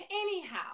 anyhow